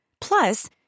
Plus